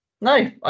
No